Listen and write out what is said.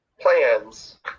plans